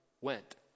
went